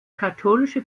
katholische